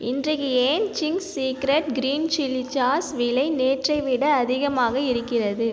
இன்றைக்கு ஏன் Ching's secret green chilli sauce விலை நேற்றை விட அதிகமாக இருக்கிறது